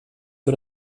für